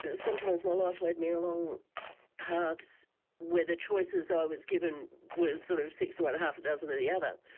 sometimes my life led me along paths where the choices i was given were sort of six of one, half a dozen of the other,